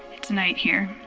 it's night here.